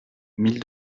mille